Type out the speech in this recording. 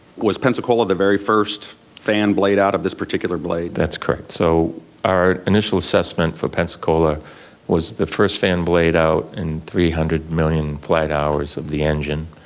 was pensacola the very first fan blade out of this particular blade? that's correct, so our initial assessment for pensacola was the first fan blade out in three hundred million flight hours of the engine.